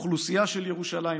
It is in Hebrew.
לאוכלוסייה של ירושלים,